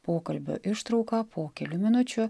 pokalbio ištrauka po kelių minučių